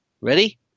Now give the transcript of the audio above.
Ready